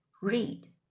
read